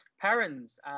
parents